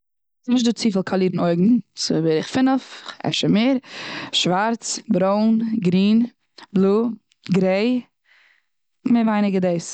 נישט דא צופיל קאלירן אויגן. ס'איז אפשר דא פינעף אדער מער. שווארץ, ברוין, גרין, בלוי, גרעי. מער ווייניגער דאס.